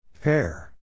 Pair